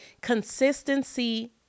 Consistency